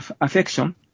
affection